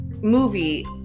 movie